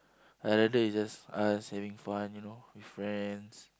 I rather it's just us having fun you know with friends